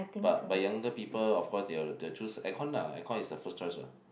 but but younger people of course they will they will choose air con lah air con is the first choice what